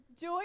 joy